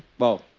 wow!